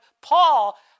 Paul